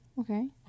Okay